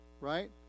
Right